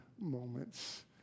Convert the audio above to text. moments